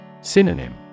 Synonym